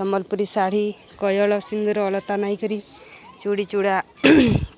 ସମ୍ବଲପୁରୀ ଶାଢ଼ୀ କଜ୍ଜ୍ଵଳ ସିନ୍ଦୁର ଅଳତା ନାଇଁକରି ଚୁଡ଼ି ଚୁଡ଼ା